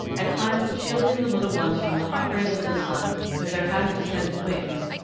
at times shielding the little ones from the hot rays of the sun with their half-extended wings,